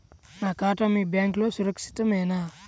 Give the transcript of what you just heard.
నా ఖాతా మీ బ్యాంక్లో సురక్షితమేనా?